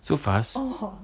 so fast